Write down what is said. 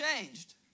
changed